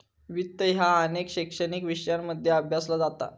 वित्त ह्या अनेक शैक्षणिक विषयांमध्ये अभ्यासला जाता